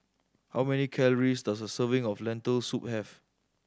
how many calories does a serving of Lentil Soup have